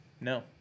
No